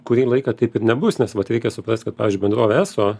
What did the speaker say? kurį laiką taip ir nebus nes vat reikia suprast kad pavyzdžiui bendrovė eso